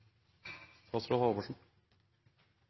statsråd.